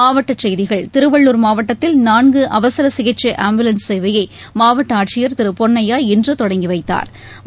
மாவட்டக் செய்திகள் திருவள்ளள் மாவட்டக்கில் நான்குஅவசரசிகிச்சைஆம்புலன்ஸ் சேவையைமாவட்டஆட்சியர் திருபொன்னையா இன்றுதொடங்கிவைத்தாா்